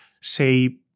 say